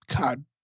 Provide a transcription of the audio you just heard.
God